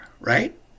right